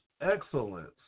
excellence